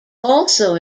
also